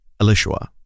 Elishua